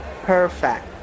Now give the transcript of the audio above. Perfect